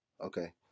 Okay